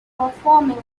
performing